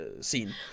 scene